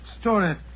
Story